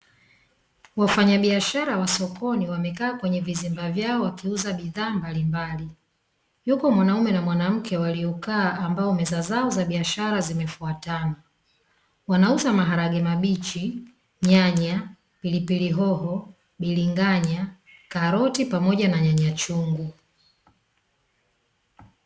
Wafanyabiashara wa sokoni, wamekaa kwenye vizimba vyao wakiuza bidhaa mbalimbali, yuko mwanaume na mwanamke waliokaa ambao meza zao za biashara zimefuatana. Wanauza maharage mabichi, nyanya, pilipili hoho, biringanya, karoti pamoja na nyanya chungu.